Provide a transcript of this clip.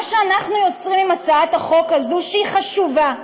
מה שאנחנו יוצרים עם הצעת החוק הזאת, שהיא חשובה,